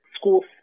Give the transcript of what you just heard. school